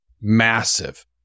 massive